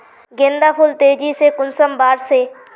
गेंदा फुल तेजी से कुंसम बार से?